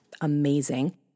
amazing